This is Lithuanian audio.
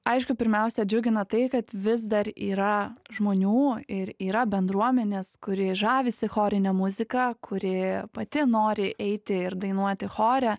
aišku pirmiausia džiugina tai kad vis dar yra žmonių ir yra bendruomenės kuri žavisi chorine muzika kuri pati nori eiti ir dainuoti chore